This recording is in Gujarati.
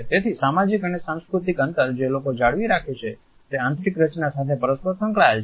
તેથી સામાજિક અને સાંસ્કૃતિક અંતર જે લોકો જાળવી રાખે છે તે આંતરિક રચના સાથે પરસ્પર સંકળાયેલા છે